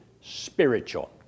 spiritual